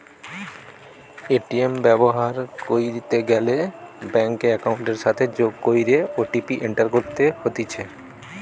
ATM ব্যবহার কইরিতে গ্যালে ব্যাঙ্ক একাউন্টের সাথে যোগ কইরে ও.টি.পি এন্টার করতে হতিছে